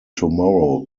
tomorrow